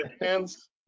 hands